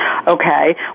Okay